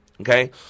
okay